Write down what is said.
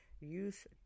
use